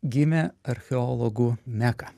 gimė archeologų meka